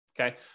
Okay